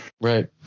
Right